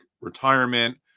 retirement